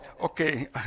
okay